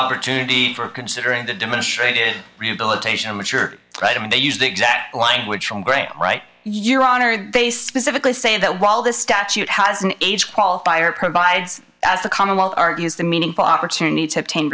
opportunity for considering the demonstrated rehabilitation which are right and they used exact language from gray right your honor they specifically say that while the statute has an age qualifier provides the commonweal argues the meaningful opportunity to obtain